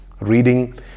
reading